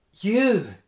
You